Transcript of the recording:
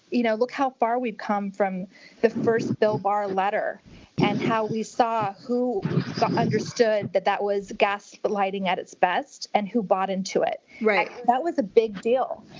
you know look how far we've come from the first bill barr letter and how we saw who understood that it was gas but lighting at its best, and who bought into it. right. that was a big deal.